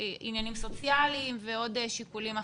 עניינים סוציאליים ועוד שיקולים אחרים,